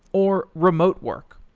or remote work.